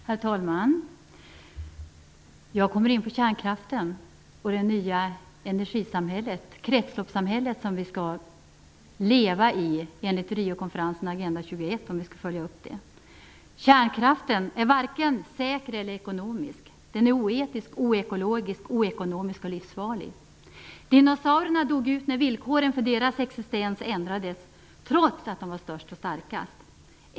Herr talman! Jag kommer att tala om kärnkraften och det nya energisamhället, kretsloppssamhället, som vi skall leva i enligt Riokonferensen och Agenda 21. Kärnkraften är varken säker eller ekonomisk. Den är oetisk, oekologisk, oekonomisk och livsfarlig. Dinosaurerna dog ut när villkoren för deras existens ändrades, trots att de var störst och starkast.